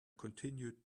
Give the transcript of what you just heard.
continued